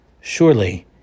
Surely